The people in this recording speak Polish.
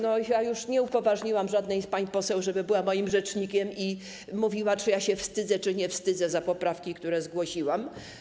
Nie upoważniłam żadnej z pań poseł, żeby była moim rzecznikiem i mówiła, czy ja się wstydzę, czy nie wstydzę za poprawki, które zgłosiłam.